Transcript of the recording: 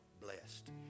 blessed